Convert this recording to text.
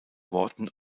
worten